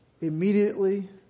Immediately